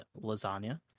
Lasagna